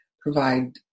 provide